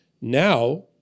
Now